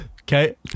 Okay